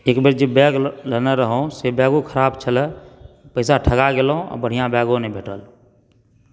एक बेर जे बैग लेने रहौ से बैग ओ खराब छल पैसा ठगा गेलहूँ बढ़िआँ बैगो नहि भेटल